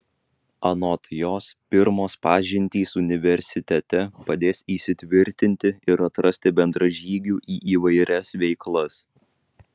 anot jos pirmos pažintys universitete padės įsitvirtinti ir atrasti bendražygių į įvairias veiklas